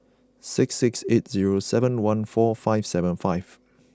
six six eight zero seven one four five seven five